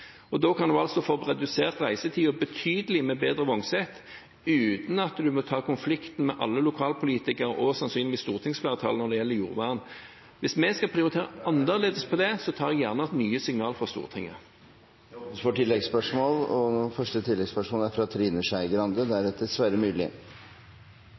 Da kan en altså få redusert reisetiden betydelig med bedre vognsett uten å måtte ta konflikten med alle lokalpolitikere og sannsynligvis stortingsflertallet når det gjelder jordvern. Hvis vi skal prioritere annerledes, tar jeg gjerne nye signal fra Stortinget. Det blir oppfølgingsspørsmål – først Trine Skei Grande. Hvis vi skal klare å ta de